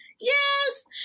Yes